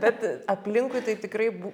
bet aplinkui tai tikrai bū